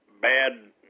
bad